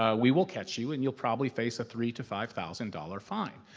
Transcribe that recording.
ah we will catch you and you'll probably face a three to five thousand dollars fine.